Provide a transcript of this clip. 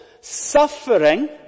suffering